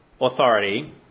authority